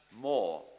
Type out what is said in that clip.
more